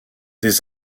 des